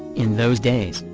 in those days,